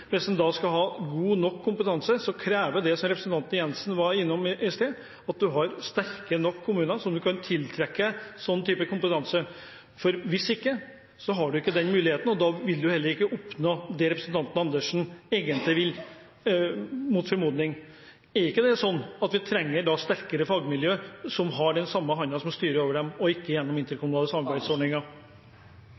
Hvis en skal ha god nok kompetanse, krever det – som representanten Jenssen var innom i sted – at en har sterke nok kommuner som kan tiltrekke seg en slik type kompetanse. Hvis ikke har en ikke den muligheten, og da vil en heller ikke oppnå det representanten Andersen egentlig vil – mot formodning. Er det ikke slik at vi trenger sterkere fagmiljøer som har den samme hånden som styrer over dem, og ikke at det skjer gjennom